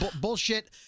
bullshit